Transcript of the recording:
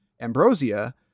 Ambrosia